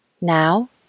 Now